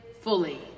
fully